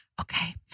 Okay